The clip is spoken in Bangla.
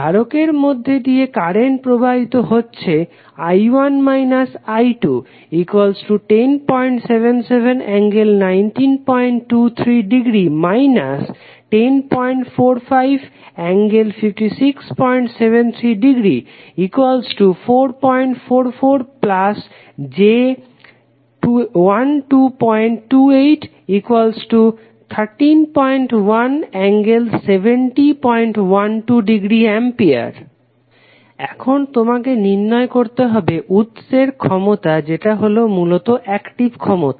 ধারকের মধ্যে দিয়ে কারেন্ট প্রবাহিত হচ্ছে I1 − I2 1077∠1923◦ − 1045∠−5673◦ 444j1228 131∠7012◦ A Refer Slide Time 0750 এখন তোমাকে নির্ণয় করতে হবে উৎসের ক্ষমতা যেটা মূলত অ্যাকটিভ ক্ষমতা